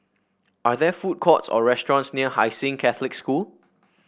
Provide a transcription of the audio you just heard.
are there food courts or restaurants near Hai Sing Catholic School